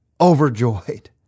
overjoyed